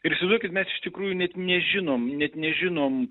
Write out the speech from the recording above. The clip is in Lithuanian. ir įsivaizduokit mes iš tikrųjų net nežinom net nežinom